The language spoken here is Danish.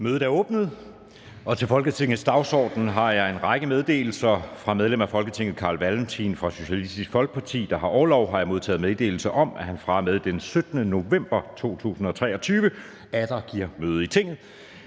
Mødet er åbnet. Til Folketingets dagsorden har jeg en række meddelelser: Fra medlem af Folketinget Carl Valentin (SF), der har orlov, har jeg modtaget meddelelse om, at han fra og med den 17. november 2023 atter kan give møde i Tinget.